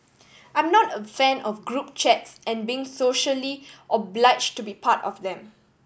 I'm not a fan of group chats and being socially obliged to be part of them